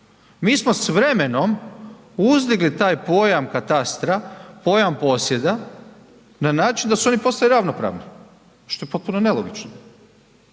Mi smo s vremenom uzdigli taj pojam katastra, pojam posjeda na način da su oni postali ravnopravni što je potpuno nelogično.